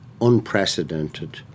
unprecedented